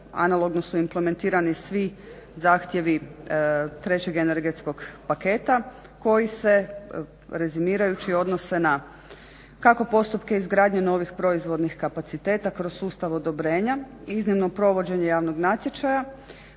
analogno su implementirani svi zahtjevi trećeg energetskog paketa koji se rezimirajući odnose na kako postupke izgradnje novih proizvodnih kapaciteta kroz sustav odobrenja, iznimno provođenje javnog natječaja,